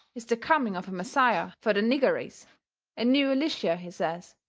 is the coming of a messiah fur the nigger race a new elishyah, he says,